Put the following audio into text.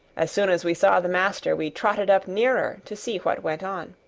as soon as we saw the master we trotted up nearer to see what went on.